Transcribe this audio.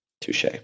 Touche